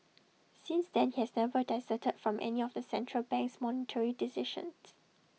since then he has never dissented from any of the central bank's monetary decisions